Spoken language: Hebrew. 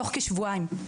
בתוך כשבועיים.